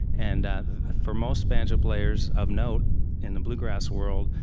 and for most banjo players of note in the bluegrass world,